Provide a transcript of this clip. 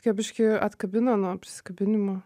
tokia biškį atkabina nuo prisikabinimų